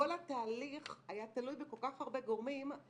כל התהליך היה תלוי בכל כך הרבה גורמים שלא